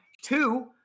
two